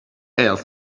else